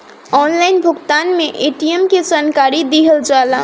Online भुगतान में ATM के जानकारी दिहल जाला?